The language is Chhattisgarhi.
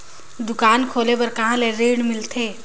दुकान खोले बार कहा ले ऋण मिलथे?